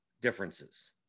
differences